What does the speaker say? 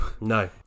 no